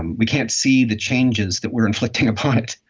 and we can't see the changes that we're inflicting upon it.